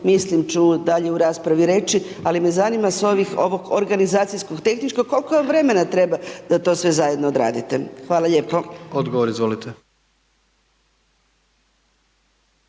mislim ću dalje u raspravi reći, ali me zanima s ovog organizacijsko tehničkog, koliko vam vremena treba da to sve zajedno odradite. Hvala lijepo. **Jandroković,